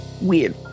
weird